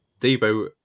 Debo